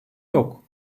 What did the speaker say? yok